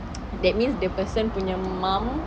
that means the person punya mum